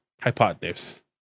hypotenuse